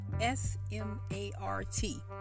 S-M-A-R-T